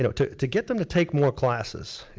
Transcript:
you know to to get them to take more classes.